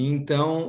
Então